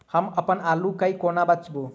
हम अप्पन आलु केँ कोना बेचू?